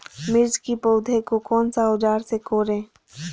मिर्च की पौधे को कौन सा औजार से कोरे?